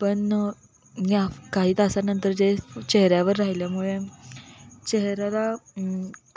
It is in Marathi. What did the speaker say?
पण या काही तासानंतर जे चेहऱ्यावर राहिल्यामुळे चेहऱ्याला